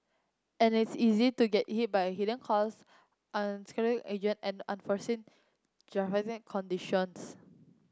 and it's easy to get hit by hidden costs unscrupulous agent and unforeseen conditions